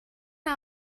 out